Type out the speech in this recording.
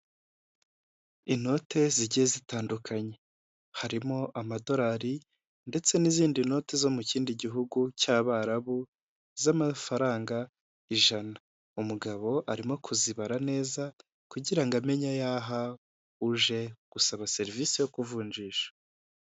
Inote zigiye zitandukanye, harimo amadolari ndetse n'izindi noti zo mu kindi gihugu cy'Abarabu, z'amafaranga ijana. Umugabo arimo kuzibara neza kugira amenye ayo aha uje gusaba serivisi yo kuvunjisha.